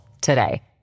today